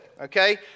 Okay